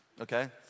okay